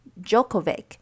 Djokovic